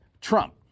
Trump